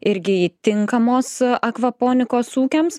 irgi tinkamos akvaponikos ūkiams